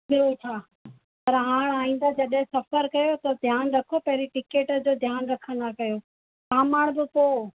ॿियो छा पर हाण आईंदा जॾहिं सफर कयो त ध्यानु रखो पहिरीं टिकट ते ध्यानु रखंदा कयो सामान त पोइ